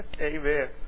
Amen